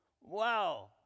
wow